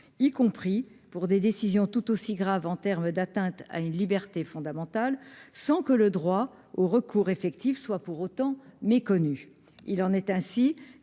y compris pour des décisions tout aussi graves en termes d'atteinte à une liberté fondamentale sans que le droit au recours effectif soit pour autant méconnu, il en est ainsi